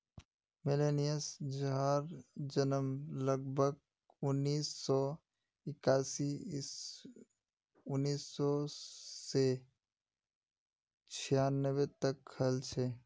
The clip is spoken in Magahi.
मिलेनियल्स जहार जन्म लगभग उन्नीस सौ इक्यासी स उन्नीस सौ छानबे तक हल छे